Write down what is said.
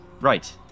right